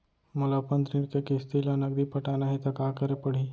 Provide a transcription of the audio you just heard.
मोला अपन ऋण के किसती ला नगदी पटाना हे ता का करे पड़ही?